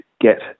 get